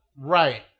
Right